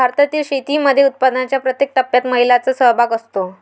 भारतातील शेतीमध्ये उत्पादनाच्या प्रत्येक टप्प्यात महिलांचा सहभाग असतो